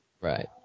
Right